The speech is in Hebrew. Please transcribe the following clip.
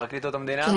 מפרקליטות המדינה.